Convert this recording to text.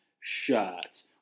shirt